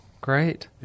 Great